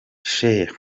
sheikh